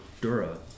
Dura